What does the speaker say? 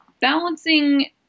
balancing